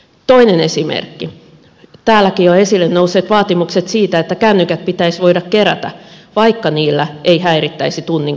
toinen esimerkki ovat täälläkin jo esille nousseet vaatimukset siitä että kännykät pitäisi voida kerätä vaikka niillä ei häirittäisi tunnin kulkua